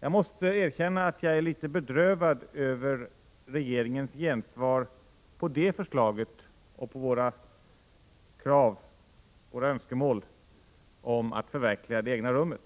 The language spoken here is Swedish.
Jag måste erkänna att jag är litet bedrövad över regeringens gensvar på det förslaget och på våra önskemål om att förverkliga ”det egna rummet”.